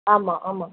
ஆமாம் ஆமாம்